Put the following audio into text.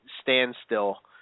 standstill